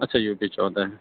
اچھا U P چودہ ہے